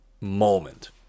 moment